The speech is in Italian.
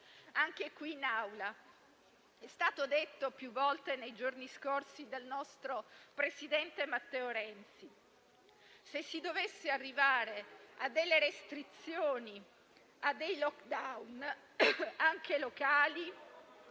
concetto che è stato ripetuto più volte nei giorni scorsi dal nostro presidente Matteo Renzi: se si dovesse arrivare a delle restrizioni e a dei *lockdown* anche locali,